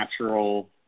natural